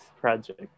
project